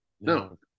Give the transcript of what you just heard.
no